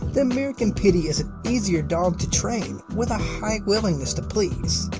the american pitty is an easier dog to train with a high willingness to please.